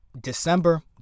December